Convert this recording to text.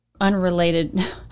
unrelated